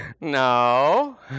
No